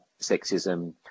sexism